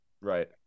Right